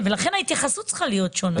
לכן ההתייחסות צריכה להיות שונה.